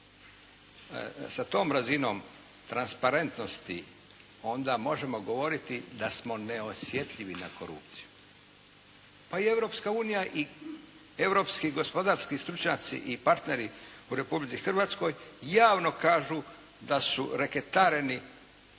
sa tom razinom transparentnosti, onda možemo govoriti da smo neosjetljivi na korupciju. Pa i Europska unija i europski gospodarski stručnjaci i partneri u Republici Hrvatskoj javno kažu da su reketareni